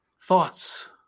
Thoughts